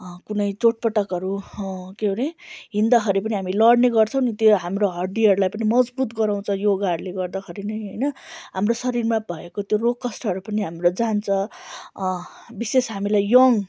कुनै चोट पटकहरू क्यो हरे हिँड्दाखेरि पनि हामी लड्ने गर्छौँ नि त्यो हाम्रो हड्डीहरूलाई पनि मजबुत गराउँछ योगाहरूले गर्दाखेरि नै होइन हाम्रो शरीरमा भएको त्यो रोग कष्टहरू पनि हाम्रो जान्छ विशेष हामीलाई यङ